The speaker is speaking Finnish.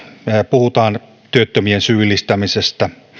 puhutaan työttömien syyllistämisestä